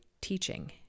teaching